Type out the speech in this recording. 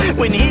when he's